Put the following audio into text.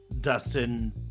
Dustin